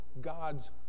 God's